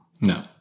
No